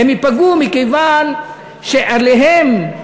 הם ייפגעו מכיוון שעליהם,